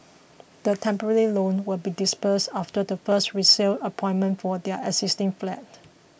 the temporary loan will be disbursed after the first resale appointment for their existing flat